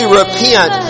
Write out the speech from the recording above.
repent